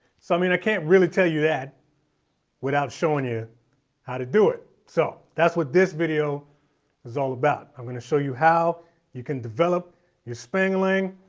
so i mean i can't really tell you that without showing you how to do it. so that's what this video is all about. i'm gonna show you how you can develop your spang-a-lang.